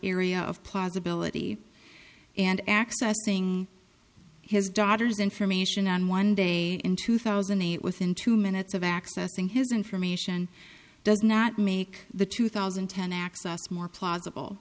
area of plausibility and accessing his daughter's information on one day in two thousand and eight within two minutes of accessing his information does not make the two thousand and ten access more plausible